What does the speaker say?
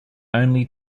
only